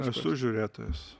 esu žiūrėtojas